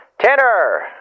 Tanner